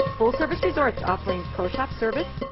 full service resorts offering pro shop service,